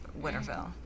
Winterfell